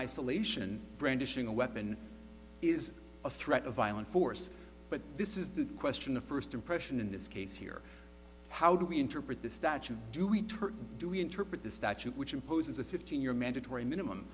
isolation brandishing a weapon is a threat of violent force but this is the question of first impression in this case here how do we interpret the statute do we turn do we interpret the statute which imposes a fifteen year mandatory minimum